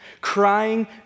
crying